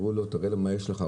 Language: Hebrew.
תראה לו מה יש לך,